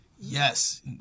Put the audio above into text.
Yes